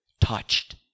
touched